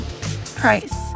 Price